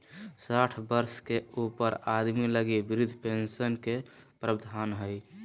साठ वर्ष के ऊपर आदमी लगी वृद्ध पेंशन के प्रवधान हइ